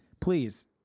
Please